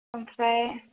ओमफ्राय